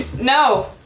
no